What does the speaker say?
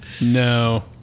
No